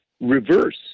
reverse